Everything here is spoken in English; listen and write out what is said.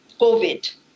COVID